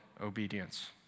obedience